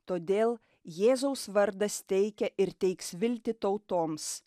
todėl jėzaus vardas teikia ir teiks viltį tautoms